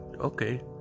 Okay